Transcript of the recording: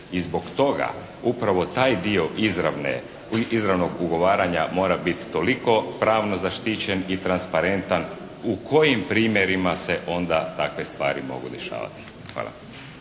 I zbog toga upravo taj dio izravnog ugovaranja mora biti toliko pravno zaštićen i transparentan u kojim primjerima se onda takve stvari mogu rješavati. Hvala.